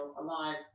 alive